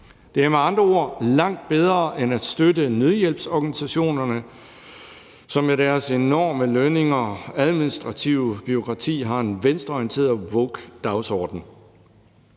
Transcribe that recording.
Det er med andre ord langt bedre end at støtte nødhjælpsorganisationerne, som med deres enorme lønninger og administrative bureaukrati har en venstreorienteret, woke dagsorden.